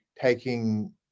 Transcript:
taking